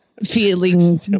Feeling